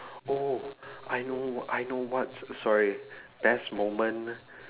oh I know I know what's sorry best moment